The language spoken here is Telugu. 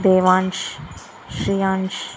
దేవాన్ష్ శ్రేయాన్ష్